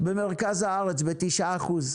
במרכז הארץ בתשעה אחוז.